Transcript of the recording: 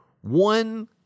one